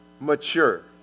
mature